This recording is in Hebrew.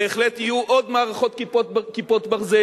בהחלט יהיו עוד מערכות "כיפת ברזל".